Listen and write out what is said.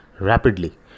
rapidly